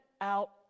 out